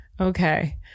Okay